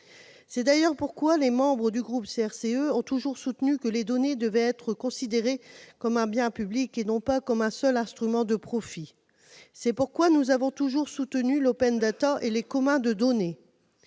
personnelles. Les membres du groupe CRCE ont toujours estimé que les données devaient être considérées comme un bien public, et non comme un simple instrument de profit. C'est pourquoi nous avons toujours soutenu l'et les « communs » de données.